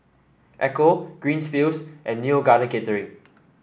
Ecco Greenfields and Neo Garden Catering